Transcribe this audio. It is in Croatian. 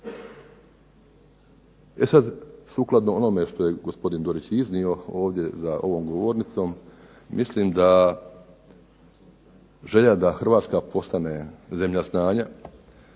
E sad, sukladno onome što je gospodin Dorić i iznio ovdje za ovom govornicom mislim da želja da Hrvatska postane zemlja znanja,